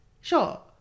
sure